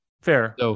Fair